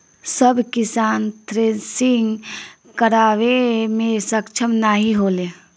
सब किसान थ्रेसिंग करावे मे सक्ष्म नाही होले